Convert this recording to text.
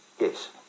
Yes